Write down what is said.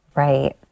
Right